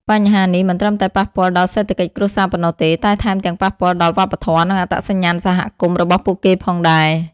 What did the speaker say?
បញ្ហានេះមិនត្រឹមតែប៉ះពាល់ដល់សេដ្ឋកិច្ចគ្រួសារប៉ុណ្ណោះទេ តែថែមទាំងប៉ះពាល់ដល់ វប្បធម៌ និងអត្តសញ្ញាណសហគមន៍ របស់ពួកគេផងដែរ។